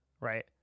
right